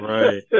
Right